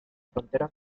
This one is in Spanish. frontera